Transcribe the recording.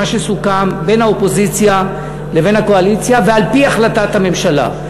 מה שסוכם בין האופוזיציה לבין הקואליציה ועל-פי החלטת הממשלה.